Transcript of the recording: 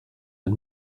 den